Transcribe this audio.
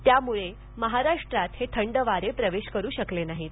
त्यामुळे महाराष्ट्रात थंड वारे प्रवेश करू शकले नाहीत